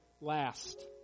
last